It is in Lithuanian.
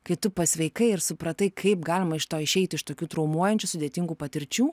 kai tu pasveikai ir supratai kaip galima iš to išeit iš tokių traumuojančių sudėtingų patirčių